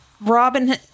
Robin